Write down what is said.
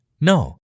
No